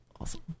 awesome